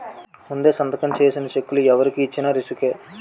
ముందే సంతకం చేసిన చెక్కులు ఎవరికి ఇచ్చిన రిసుకే